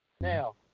now